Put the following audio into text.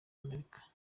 amerika